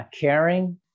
caring